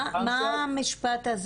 מה המשפט הזה?